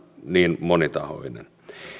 niin monitahoinen